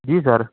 جی سر